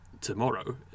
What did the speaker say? tomorrow